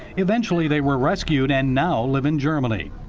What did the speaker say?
eventually they were rescued and now live in germany.